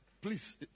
Please